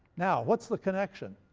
now what's the connection?